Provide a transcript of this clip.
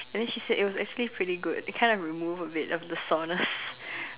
and then she said it was actually pretty good it kind of remove a bit of the soreness